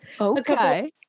okay